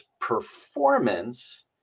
performance